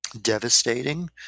devastating